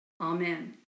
Amen